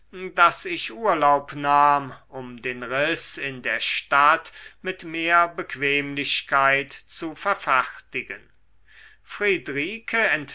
als ich urlaub nahm um den riß in der stadt mit mehr bequemlichkeit zu verfertigen friedrike